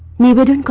needed a